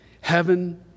heaven